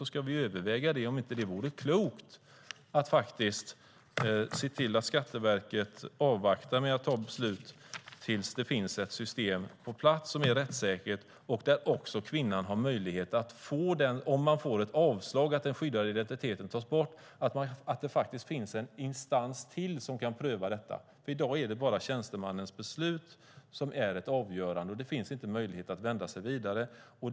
Den kan överväga om det inte vore klokt att se till att Skatteverket avvaktar med att fatta beslut tills det finns ett system som är rättssäkert och som ger kvinnan möjlighet att vid avslag och borttagande av den skyddade identiteten vända sig till ännu en instans som kan pröva detta. I dag är det bara tjänstemannens beslut som utgör ett avgörande. Det finns inte möjlighet att vända sig vidare.